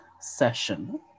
session